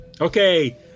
okay